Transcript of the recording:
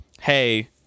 hey